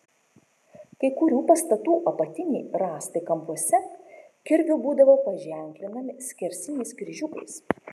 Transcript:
kai kurių pastatų apatiniai rąstai kampuose kirviu būdavo paženklinami skersiniais kryžiukais